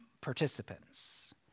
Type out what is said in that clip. participants